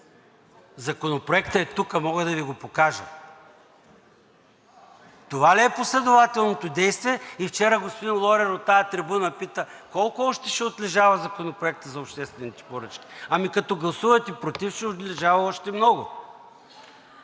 Законопроектът е тук, мога да Ви го покажа. Това ли е последователното действие? И вчера господин Лорер от тази трибуна пита колко още ще отлежава Законопроектът за обществените поръчки? Ами като гласувате против, ще отлежава още много.